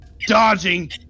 dodging